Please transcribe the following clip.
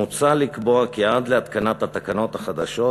מוצע לקבוע כי עד להתקנת התקנות החדשות